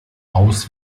aus